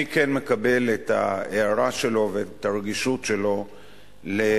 אני כן מקבל את ההערה שלו ואת הרגישות שלו לדרך